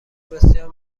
بسیار